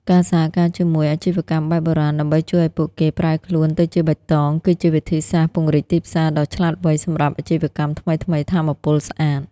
ការសហការជាមួយ "អាជីវកម្មបែបបុរាណ" ដើម្បីជួយឱ្យពួកគេប្រែខ្លួនទៅជាបៃតង គឺជាវិធីសាស្ត្រពង្រីកទីផ្សារដ៏ឆ្លាតវៃសម្រាប់អាជីវកម្មថ្មីៗ ថាមពលស្អាត។